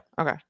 Okay